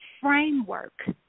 framework